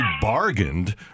bargained